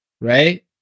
right